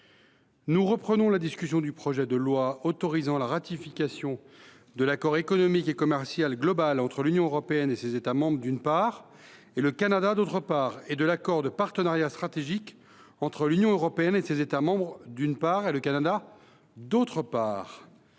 engagement de la procédure accélérée, autorisant la ratification de l’accord économique et commercial global entre l’Union européenne et ses États membres, d’une part, et le Canada, d’autre part, et de l’accord de partenariat stratégique entre l’Union européenne et ses États membres, d’une part, et le Canada, d’autre part.